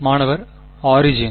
மாணவர் ஆரிஜின்